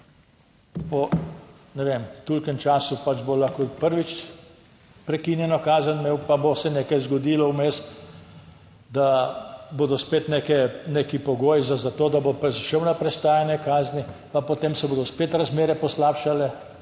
po, ne vem, tolikem času, pač bo lahko prvič prekinjeno kazen imel, pa bo se nekaj zgodilo vmes, da bodo spet neke, neki pogoji za to, da bo šel na prestajanje kazni, pa potem se bodo spet razmere poslabšale